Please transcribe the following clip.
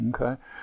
okay